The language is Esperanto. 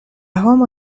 homo